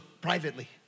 privately